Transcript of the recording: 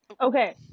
Okay